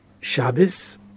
Shabbos